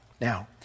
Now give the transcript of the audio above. Now